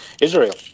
Israel